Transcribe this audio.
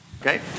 okay